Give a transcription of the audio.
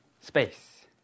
space